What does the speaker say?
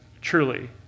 Truly